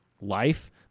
life